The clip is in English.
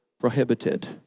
prohibited